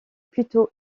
plutôt